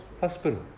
Hospital